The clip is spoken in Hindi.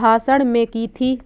भाषण में की थी